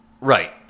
Right